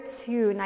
two